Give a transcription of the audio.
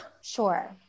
Sure